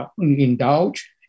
indulge